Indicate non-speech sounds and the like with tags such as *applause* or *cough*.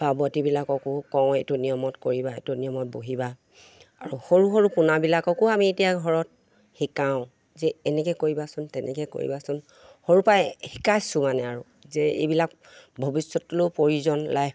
*unintelligible* কওঁ এইটো নিয়মত কৰিবা এইটো নিয়মত বহিবা আৰু সৰু সৰু পোনাবিলাককো আমি এতিয়া ঘৰত শিকাওঁ যে এনেকে কৰিবাচোন তেনেকে কৰিবাচোন সৰু পাই শিকাইছোঁ মানে আৰু যে এইবিলাক ভৱিষ্যতলৈও প্ৰয়োজন লাইফ